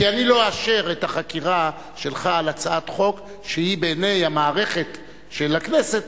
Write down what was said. כי אני לא אאשר את החקירה שלך על הצעת חוק שהיא בעיני המערכת של הכנסת